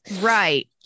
Right